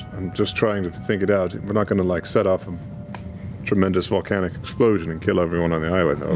i'm just trying to think it out. we're not going to like set off a and tremendous volcanic explosion and kill everyone on the island,